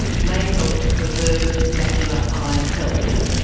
may help to preserve macular eye health.